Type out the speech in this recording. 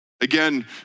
Again